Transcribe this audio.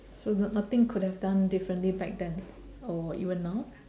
so the nothing could have done differently back then or even now